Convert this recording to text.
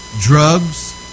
drugs